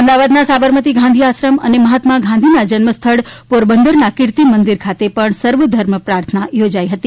અમદાવાદના સાબરમતી ગાંધી આશ્રમ અને મહાત્મા ગાંધીના જન્મ સ્થળ પોરબંદરના કિર્તી મંદિર ખાતે પણ સર્વધર્મ પ્રાર્થના યોજાઇ હતી